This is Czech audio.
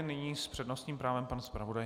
Nyní s přednostním právem pan zpravodaj.